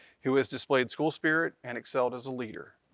who has displayed school spirit and excelled as a leader.